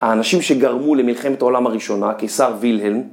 האנשים שגרמו למלחמת העולם הראשונה - הקיסר וילהלם,